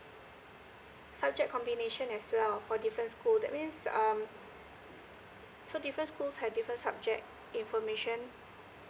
subject combination as well for different school that means um so different schools had different subject information